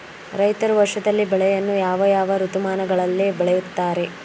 ರೈತರು ವರ್ಷದಲ್ಲಿ ಬೆಳೆಯನ್ನು ಯಾವ ಯಾವ ಋತುಮಾನಗಳಲ್ಲಿ ಬೆಳೆಯುತ್ತಾರೆ?